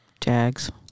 Jags